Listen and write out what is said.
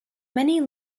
many